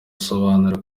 asobanura